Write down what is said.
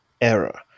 error